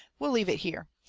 we'll leave it here.